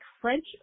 French